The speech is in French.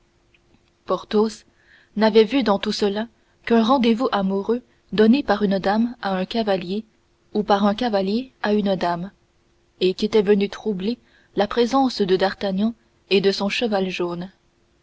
lettre porthos n'avait vu dans tout cela qu'un rendez-vous amoureux donné par une dame à un cavalier ou par un cavalier à une dame et qu'était venu troubler la présence de d'artagnan et de son cheval jaune